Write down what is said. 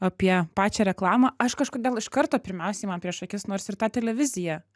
apie pačią reklamą aš kažkodėl iš karto pirmiausiai man prieš akis nors ir tą televiziją